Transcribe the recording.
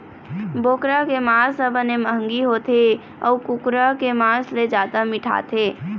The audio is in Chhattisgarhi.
बोकरा के मांस ह बने मंहगी होथे अउ कुकरा के मांस ले जादा मिठाथे